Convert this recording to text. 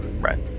Right